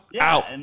out